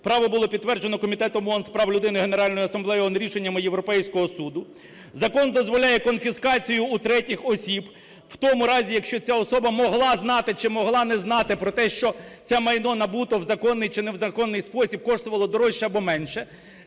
Право було підтверджене Комітетом ООН з прав людини, Генеральною асамблеєю ООН, рішеннями Європейського Суду. Закон дозволяє конфіскацію у третіх осіб, в тому разі, якщо ця особа могла знати, чи могла не знати про те, що це майно набуто в законний, чи не в законний спосіб, коштувало дорожче або менше.